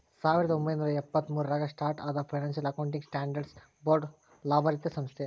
ಸಾವಿರದ ಒಂಬೈನೂರ ಎಪ್ಪತ್ತ್ಮೂರು ರಾಗ ಸ್ಟಾರ್ಟ್ ಆದ ಫೈನಾನ್ಸಿಯಲ್ ಅಕೌಂಟಿಂಗ್ ಸ್ಟ್ಯಾಂಡರ್ಡ್ಸ್ ಬೋರ್ಡ್ ಲಾಭರಹಿತ ಸಂಸ್ಥೆ